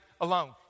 alone